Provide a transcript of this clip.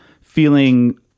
feeling